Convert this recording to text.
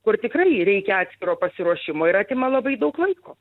kur tikrai reikia atskiro pasiruošimo ir atima labai daug laiko